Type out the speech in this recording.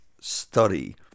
study